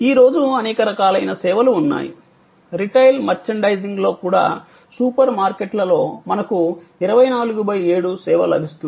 ఈ రోజు అనేక రకాలైన సేవలు ఉన్నాయి రిటైల్ మర్చండైజింగ్లో కూడా సూపర్మార్కెట్లలో మనకు 24X7 సేవ లభిస్తుంది